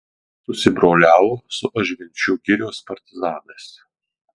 susibroliavo su ažvinčių girios partizanais